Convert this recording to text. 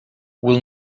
will